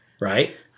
right